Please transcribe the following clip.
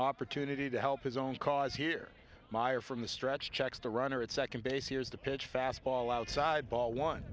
opportunity to help his own cause here meyer from the stretch checks the runner at second base hears the pitch fastball outside ball one